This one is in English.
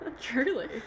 Truly